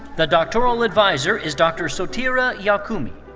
the doctoral adviser is dr. sotira yiacoumi.